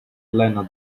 lenna